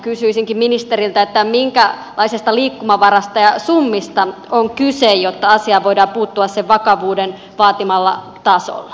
kysyisinkin ministeriltä minkälaisesta liikkumavarasta ja summista on kyse jotta asiaan voidaan puuttua sen vakavuuden vaatimalla tasolla